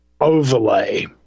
overlay